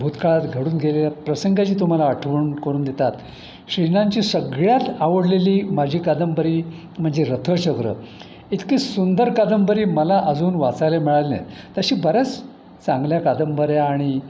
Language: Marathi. भूतकाळात घडून गेलेल्या प्रसंगाची तुम्हाला आठवण करून देतात श्री नांची सगळ्यात आवडलेली माझी कादंबरी म्हणजे रथचक्र इतकी सुंदर कादंबरी मला अजून वाचायला मिळाली नाही तशी बऱ्याच चांगल्या कादंबऱ्या आणि